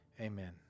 Amen